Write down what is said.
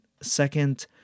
second